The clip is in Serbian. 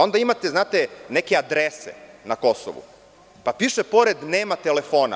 Onda imate neke adrese na Kosovu, pa piše pored – nema telefona.